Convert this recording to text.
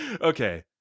Okay